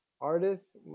artists